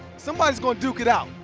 somebody is going to duke it out.